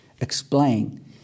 explain